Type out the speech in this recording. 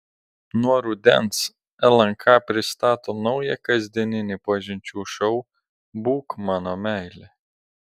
nuo rudens lnk pristato naują kasdieninį pažinčių šou būk mano meile